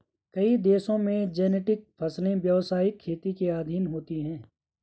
कई देशों में जेनेटिक फसलें व्यवसायिक खेती के अधीन होती हैं